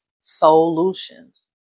Solutions